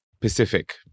Pacific